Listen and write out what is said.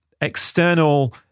external